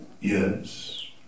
Yes